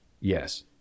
Yes